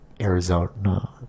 Arizona